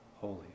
holy